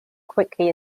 quickly